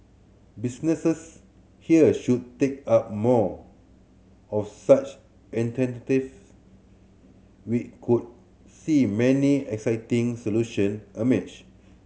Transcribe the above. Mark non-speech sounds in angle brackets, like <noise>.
businesses here should take up more of such <unintelligible> we could see many exciting solution <unintelligible>